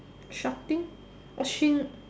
shopping or she